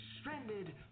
stranded